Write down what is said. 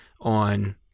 on